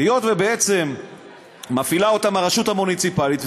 היות שבעצם מפעילה אותם הרשות המוניציפלית,